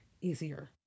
easier